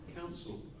council